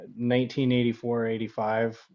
1984-85